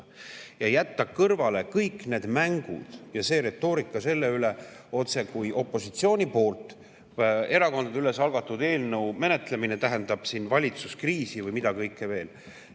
jätta kõrvale kõik need mängud ja see retoorika selle üle, otsekui opositsiooni algatatud erakondadeülese eelnõu menetlemine tähendaks valitsuskriisi või mida kõike veel.